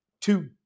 two